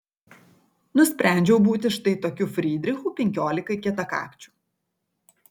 nusprendžiau būti štai tokiu frydrichu penkiolikai kietakakčių